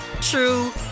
true